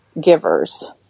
givers